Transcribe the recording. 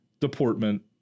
deportment